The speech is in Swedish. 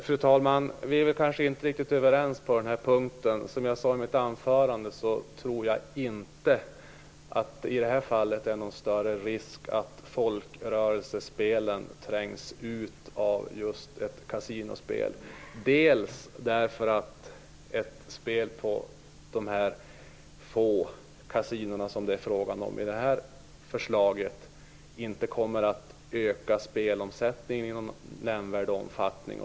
Fru talman! Vi är kanske inte riktigt överens på denna punkt. Som jag sade i mitt anförande tror jag inte att det är någon större risk att folkrörelsespelen trängs ut av ett kasinospel. Ett spel på ett så litet antal kasinon som det är fråga om i förslaget kommer inte att öka spelomsättningen i någon nämnvärd omfattning.